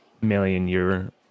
million-year